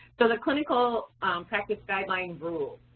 so the clinical practice guidelines rules.